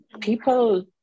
people